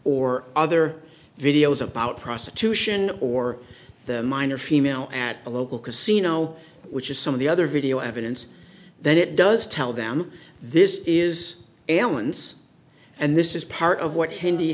or other videos about prostitution or the minor female at a local casino which is some of the other video evidence that it does tell them this is alan's and this is part of what hindi